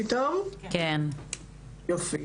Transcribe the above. רציתי